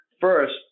First